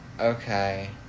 Okay